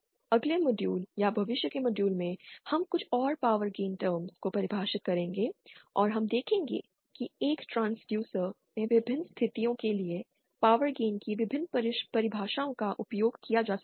अगले मॉड्यूल या भविष्य के मॉड्यूल में हम कुछ और पावर गेन टर्म्स को परिभाषित करेंगे और हम देखेंगे कि एक ट्रांसड्यूसर में विभिन्न स्थितियों के लिए पावर गेन की विभिन्न परिभाषाओं का उपयोग किया जा सकता है